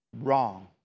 wrong